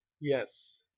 yes